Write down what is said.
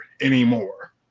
anymore